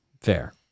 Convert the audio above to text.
Fair